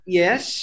yes